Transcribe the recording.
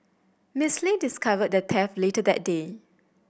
Mister Lee discovered the theft later that day